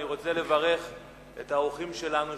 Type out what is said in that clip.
אני רוצה לברך את האורחים שלנו,